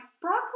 broccoli